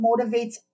motivates